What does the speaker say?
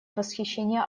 восхищение